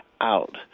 out